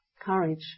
courage